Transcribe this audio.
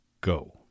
go